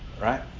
Right